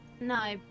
No